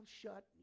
shut